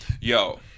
Yo